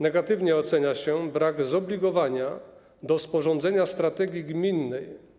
Negatywnie ocenia się brak zobligowania do sporządzenia strategii gminnej.